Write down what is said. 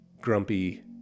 grumpy